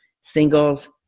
singles